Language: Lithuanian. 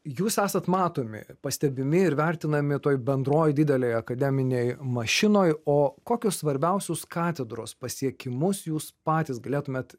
jūs esat matomi pastebimi ir vertinami toj bendroj didelėj akademinėj mašinoj o kokius svarbiausius katedros pasiekimus jūs patys galėtumėt